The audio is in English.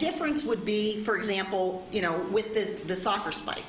difference would be for example you know with the soccer spike